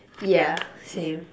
yeah same